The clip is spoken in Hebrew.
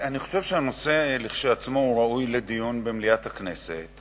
אני חושב שהנושא כשלעצמו ראוי לדיון במליאת הכנסת,